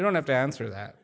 you don't have to answer that